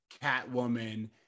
Catwoman